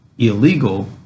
Illegal